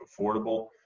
affordable